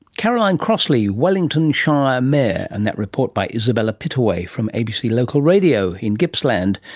carolyn crossley, wellington shire mayor, and that report by isabella pittaway from abc local radio in gippsland.